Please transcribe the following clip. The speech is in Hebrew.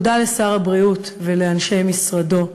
תודה לשר הבריאות ולאנשי משרדו,